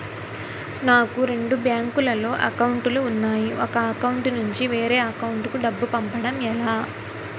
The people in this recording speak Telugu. నాకు రెండు బ్యాంక్ లో లో అకౌంట్ లు ఉన్నాయి ఒక అకౌంట్ నుంచి వేరే అకౌంట్ కు డబ్బు పంపడం ఎలా?